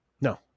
No